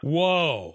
Whoa